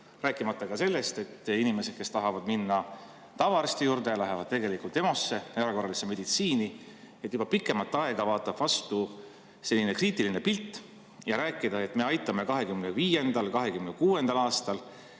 Rääkimata sellest, et inimesed, kes tahavad minna tavaarsti juurde, lähevad EMO-sse, erakorralisse meditsiini. Juba pikemat aega vaatab vastu selline kriitiline pilt. Rääkida, et me aitame 2025. ja 2026. aastal